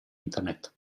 internet